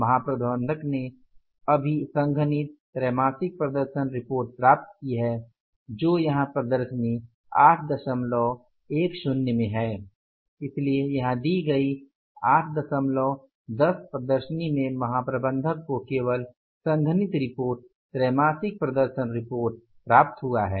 महाप्रबंधक ने अभी संघनित त्रैमासिक प्रदर्शन रिपोर्ट प्राप्त की है जो यहाँ प्रदर्शनी ८१० में है इसलिए यहाँ दी गई 810 प्रदर्शनी में महाप्रबंधक को केवल संघनित रिपोर्ट त्रैमासिक प्रदर्शन रिपोर्ट प्राप्त हुआ है